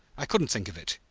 i couldn't think of it.